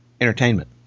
entertainment